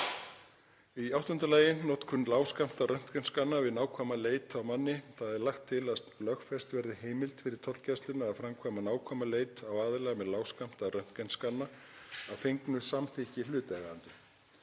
Í áttunda lagi er það notkun lágskammta röntgenskanna við nákvæma leit á manni. Lagt er til að lögfest verði heimild fyrir tollgæsluna að framkvæma nákvæma leit á aðila með lágskammta röntgenskanna að fengnu samþykki hlutaðeigandi.